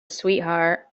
sweetheart